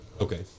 Okay